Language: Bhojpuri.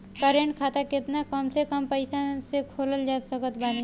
करेंट खाता केतना कम से कम पईसा से खोल सकत बानी?